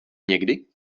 někdy